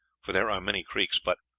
for there are many creeks, but,